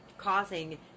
causing